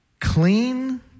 Clean